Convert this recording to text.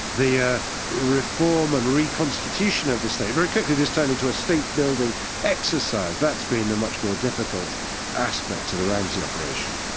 the ah reform and reconstitution of the state, very quickly this turned into a state building exercise, that's been the much more difficult aspect of the ramsi operation.